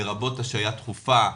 לרבות השעיה דחופה,